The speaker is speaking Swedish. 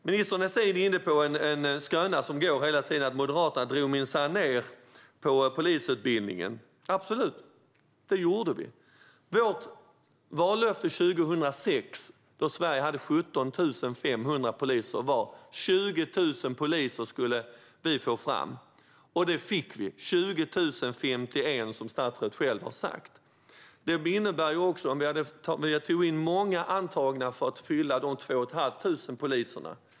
Ministern är inne på en skröna om att Moderaterna minsann drog ned på polisutbildningen. Absolut, det gjorde vi. Vårt vallöfte 2006, då Sverige hade 17 500 poliser, var att vi skulle få fram 20 000 poliser. Det fick vi: 20 051, som statsrådet själv har sagt. Vi tog in många för att fylla de 2 500 platser som saknades.